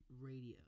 Radio